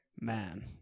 man